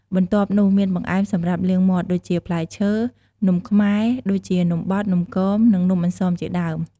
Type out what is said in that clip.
បន្ទាប់នោះមានបង្អែមសម្រាប់លាងមាត់ ដូចជាផ្លែឈើ នំខ្មែរ ដូចជានំបត់ នំគម និងនំអន្សមជាដើម។